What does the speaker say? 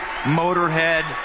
Motorhead